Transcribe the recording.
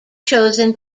chosen